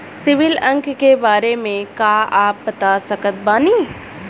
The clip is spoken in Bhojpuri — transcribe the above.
सिबिल अंक के बारे मे का आप बता सकत बानी?